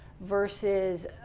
versus